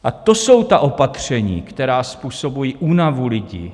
A to jsou ta opatření, která způsobují únavu lidí.